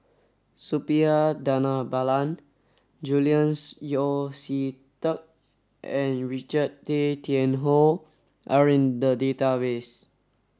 Suppiah Dhanabalan Julian Yeo See Teck and Richard Tay Tian Hoe are in the database